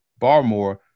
Barmore